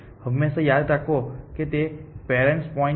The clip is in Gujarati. હંમેશાં યાદ રાખો કે તે પેરેન્ટ્સ પોઇન્ટ છે